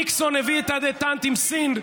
ניקסון הביא את הדטאנט עם סין,